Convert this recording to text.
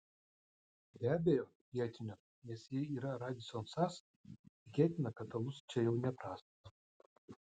be abejo vietinio nes jei yra radisson sas tikėtina kad alus čia jau neprastas